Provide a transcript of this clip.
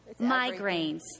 Migraines